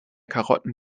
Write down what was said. karotten